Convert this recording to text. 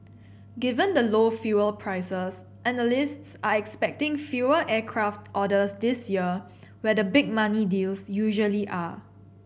given the low fuel prices analysts are expecting fewer aircraft orders this year where the big money deals usually are